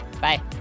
Bye